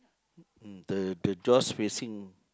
mm the the jaws facing